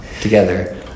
together